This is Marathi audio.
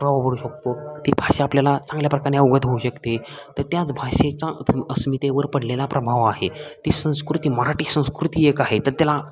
प्रभाव पडू शकतो ती भाषा आपल्याला चांगल्या प्रकारे अवगत होऊ शकते तर त्याच भाषेचा अस्मितेवर पडलेला प्रभाव आहे ती संस्कृती मराठी संस्कृती एक आहे तर त्याला